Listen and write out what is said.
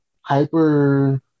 hyper